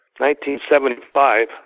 1975